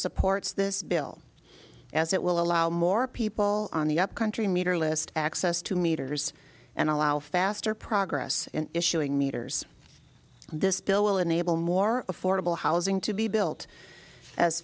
supports this bill as it will allow more people on the up country meter list access to meters and allow faster progress in issuing meters this bill will enable more affordable housing to be built as